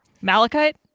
Malachite